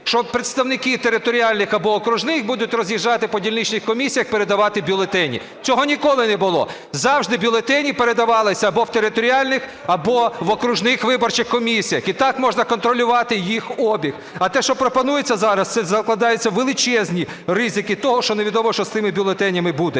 що представники територіальних або окружних будуть роз'їжджати по дільничних комісіях, передавати бюлетені. Цього ніколи не було, завжди бюлетені передавались або в територіальних, або в окружних виборчих комісіях. І так можна контролювати їх обіг. А те, що пропонується зараз, це закладаються величезні ризики того, що невідомо, що з тими бюлетенями буде.